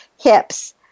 hips